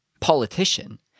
politician